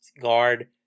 guard